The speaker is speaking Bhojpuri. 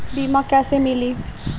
बीमा कैसे मिली?